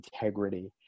integrity